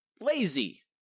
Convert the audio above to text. Lazy